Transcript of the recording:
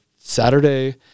Saturday